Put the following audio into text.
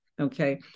Okay